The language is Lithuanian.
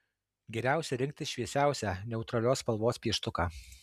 geriausia rinktis šviesiausią neutralios spalvos pieštuką